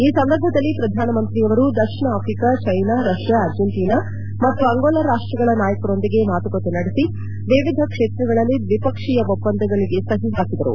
ಈ ಸಂದರ್ಭದಲ್ಲಿ ಪ್ರಧಾನಮಂತ್ರಿಯವರು ದಕ್ಷಿಣ ಅಫ್ರಿಕಾ ಜೈನಾ ರಷ್ಯಾ ಆರ್ಜೆಂಟೀನಾ ಮತ್ತು ಅಂಗೊಲಾ ರಾಷ್ಟಗಳ ನಾಯಕರೊಂದಿಗೆ ಮಾತುಕತೆ ನಡೆಸಿ ಎವಿಧ ಕ್ಷೇತ್ರಗಳಲ್ಲಿ ದ್ವಿಪಕ್ಷೀಯ ಒಪ್ಪಂದಗಳಿಗೆ ಸಹಿ ಹಾಕಿದರು